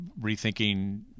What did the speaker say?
rethinking